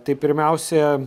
tai pirmiausia